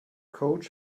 coach